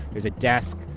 there's a desk.